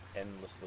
endlessly